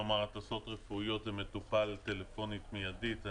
כלומר הטסות רפואיות למטופל טלפונית מידית.